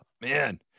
man